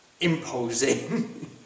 imposing